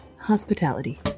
hospitality